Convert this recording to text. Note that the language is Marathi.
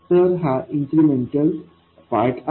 तर हा इन्क्रिमेंटल पार्ट आहे